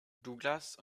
douglas